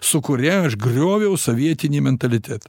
su kuria aš grioviau sovietinį mentalitetą